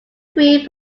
three